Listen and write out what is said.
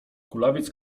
kulawiec